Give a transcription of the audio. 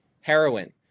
heroin